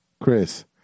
Chris